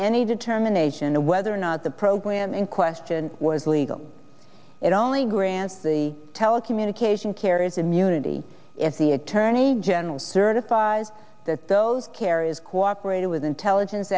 any determination of whether or not the program in question was legal it only grants the telecommunication carries immunity if the attorney general certifies that those carriers cooperated with intelligence